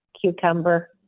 cucumber